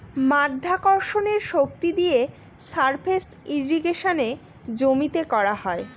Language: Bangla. মাধ্যাকর্ষণের শক্তি দিয়ে সারফেস ইর্রিগেশনে জমিতে করা হয়